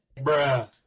Bruh